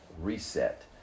reset